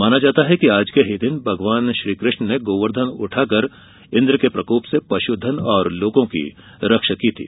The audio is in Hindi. माना जाता है कि आज के ही दिन भगवान श्रीकृष्ण ने गोवर्धन पर्वत उठाकर इन्द्र के प्रकोप से पश्धन और लोगों की रक्षा की थी